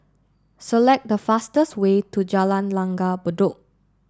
select the fastest way to Jalan Langgar Bedok